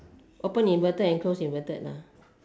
open inverted and close inverted lah